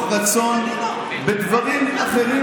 שבאמת הצביעו מתוך רצון בדברים אחרים